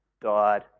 died